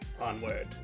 onward